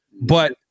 But-